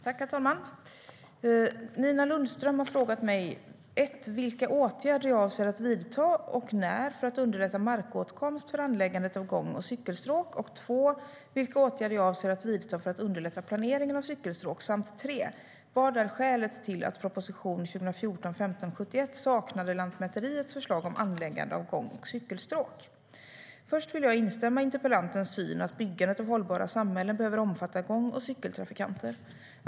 Herr talman! Nina Lundström har frågat mig vilka åtgärder jag avser att vidta, och när, för att underlätta markåtkomst för anläggandet av gång och cykelstråk, vilka åtgärder jag avser att vidta för att underlätta planeringen av cykelstråk samt vad skälet är till att propositionen 2014/15:71 saknade Lantmäteriets förslag om anläggande av gång och cykelstråk. Först vill jag instämma i interpellantens syn att byggandet av hållbara samhällen behöver omfatta gång och cykeltrafikanter.